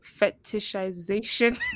fetishization